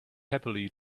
happily